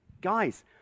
guys